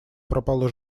пропала